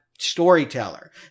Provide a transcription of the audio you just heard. Storyteller